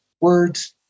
words